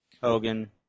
Hogan